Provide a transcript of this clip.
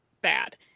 bad